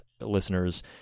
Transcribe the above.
listeners